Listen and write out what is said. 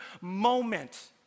moment